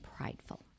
prideful